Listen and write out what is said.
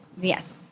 Yes